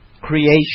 creation